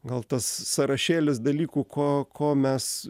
gal tas sąrašėlis dalykų ko ko mes